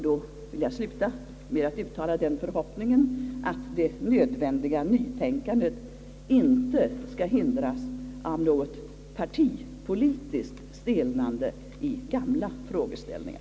Jag vill sluta med att uttala den förhoppningen att det nödvändiga nytänkandet inte skall hindras av något partipolitiskt stelnande i gamla frågeställningar.